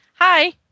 Hi